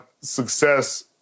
success